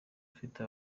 afite